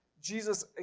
Jesus